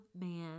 man